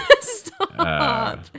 Stop